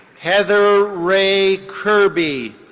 heather rae kirby.